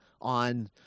on